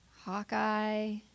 Hawkeye